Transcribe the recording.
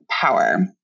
power